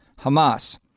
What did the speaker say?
Hamas